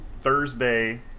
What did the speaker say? thursday